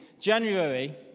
January